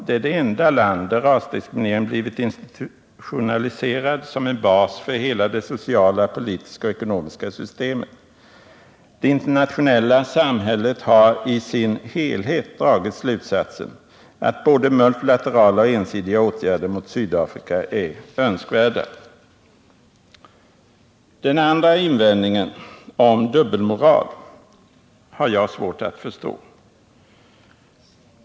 Det är det enda land där rasdiskriminering blivit institutionaliserad som en bas för hela det sociala, politiska och ekonomiska systemet. —-—-—- Det internationella samhället har, i sin helhet, dragit slutsatsen att både multilaterala och ensidiga åtgärder mot Sydafrika är önskvärda.” Den andra invändningen, om dubbelmoral, har jag svårt att förstå.